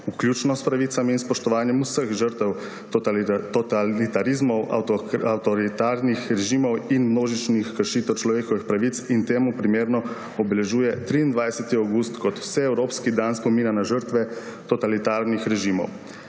vključno s pravicami in spoštovanjem vseh žrtev totalitarizmov, avtoritarnih režimov in množičnih kršitev človekovih pravic, in temu primerno obeležuje 23. avgust kot vseevropski dan spomina na žrtve totalitarnih režimov.